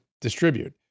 distribute